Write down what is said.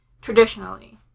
traditionally